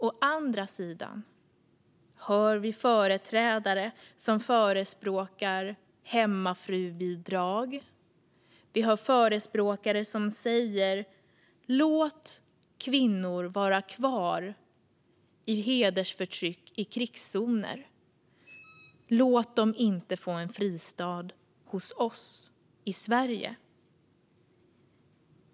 Å andra sidan hör vi företrädare som förespråkar hemmafrubidrag eller vill att kvinnor ska vara kvar i hedersförtryck i krigszoner och inte få en fristad i Sverige.